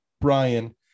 Brian